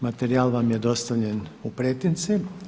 Materijal vam je dostavljen u pretince.